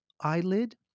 eyelid